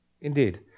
Indeed